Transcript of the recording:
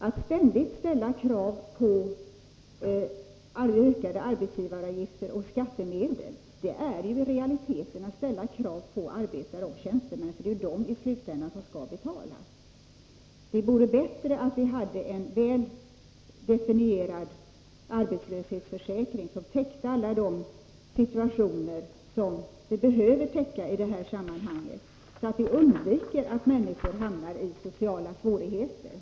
Att ständigt ställa krav på ökade arbetsgivaravgifter och skattemedel är i realiteten att ställa krav på arbetare och tjänstemän, för det är i slutändan de som skall betala. Det vore bättre om vi hade en väl definierad arbetslöshetsförsäkring som täckte alla de situationer som i detta sammanhang behöver täckas, så att vi undviker att människor hamnar i sociala svårigheter.